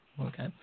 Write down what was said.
Okay